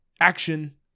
ACTION